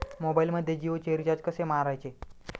मोबाइलमध्ये जियोचे रिचार्ज कसे मारायचे?